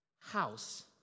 house